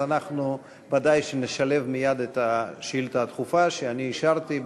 אז אנחנו ודאי שנשלב מייד את השאילתה הדחופה שאני אישרתי,